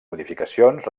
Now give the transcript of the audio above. modificacions